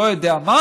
לא יודעים,